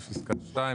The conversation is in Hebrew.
בפסקה (2),